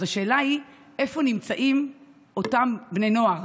אז השאלה היא: איפה נמצאים אותם בני נוער